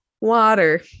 Water